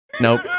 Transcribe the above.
Nope